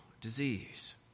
disease